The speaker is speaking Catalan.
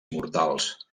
mortals